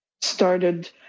started